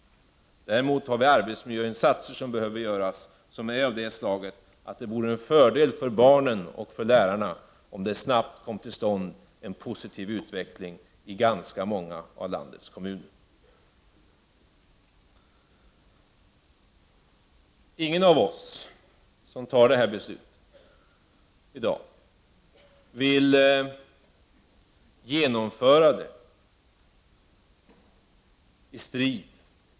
Däremot behöver arbetsmiljöinsatser av annat slag göras, och det vore en fördel för barnen och för lärarna om det snabbt kom till stånd en positiv utveckling i ganska många av landets kommuner. Ingen av oss som fattar detta beslut i dag vill genomföra det i strid.